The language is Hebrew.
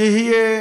שיהיה